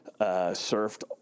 surfed